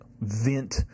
vent